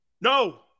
no